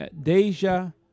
Deja